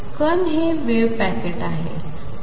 कण हे wave packet आहे